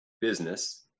business